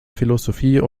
philosophie